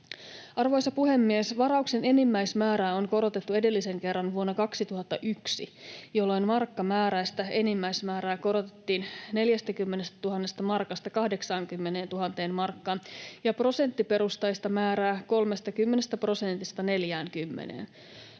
Arvoisa puhemies! Varauksen enimmäismäärää on korotettu edellisen kerran vuonna 2001, jolloin markkamääräistä enimmäismäärää korotettiin 40 000 markasta 80 000 markkaan ja prosenttiperusteista määrää 30